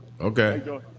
Okay